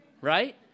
right